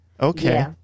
Okay